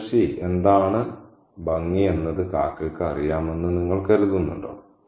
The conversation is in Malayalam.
മുത്തശ്ശി എന്താണ് ഭംഗിയെന്നത് കാക്കയ്ക്ക് അറിയാമെന്ന് നിങ്ങൾ കരുതുന്നുണ്ടോ